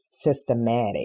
systematic